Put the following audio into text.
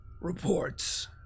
reports